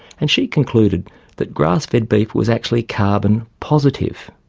and she concluded that grass-fed beef was actually carbon positive.